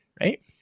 right